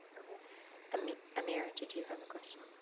i mean amir, and did you have a question?